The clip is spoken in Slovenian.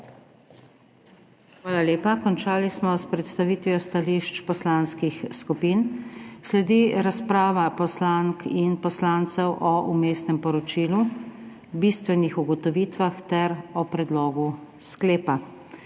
Hvala lepa. Končali smo s predstavitvijo stališč poslanskih skupin. Sledi razprava poslank in poslancev o vmesnem poročilu, bistvenih ugotovitvah ter o predlogu sklepa.